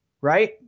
right